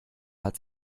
hat